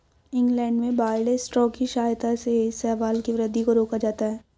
England में barley straw की सहायता से शैवाल की वृद्धि को रोका जाता है